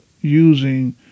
using